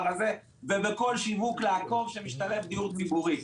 הזה ובכל שיווק לעקוב שמשתלב דיור ציבורי.